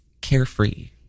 carefree